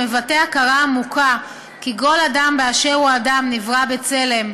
המבטא הכרה עמוקה כי כל אדם באשר הוא אדם נברא בצלם,